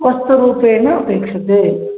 वस्तुरूपेण अपेक्षते